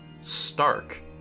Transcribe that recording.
Stark